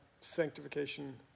sanctification